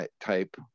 type